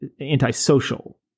antisocial